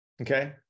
Okay